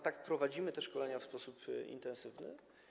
Tak, prowadzimy te szkolenia w sposób intensywny.